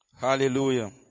Hallelujah